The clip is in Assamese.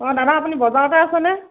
অ দাদা আপুনি বজাৰতে আছেনে